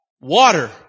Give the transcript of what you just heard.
Water